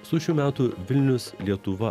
su šių metų vilnius lietuva